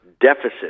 deficit